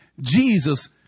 Jesus